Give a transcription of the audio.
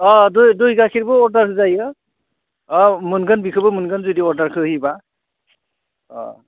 अ दुइ दुइ गायखेरबो अर्डार होजायो अ मोनगोन बिखोबो मोनगोन जुदि अर्डारखो होयोब्ला